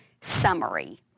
summary